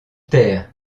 terre